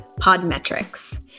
Podmetrics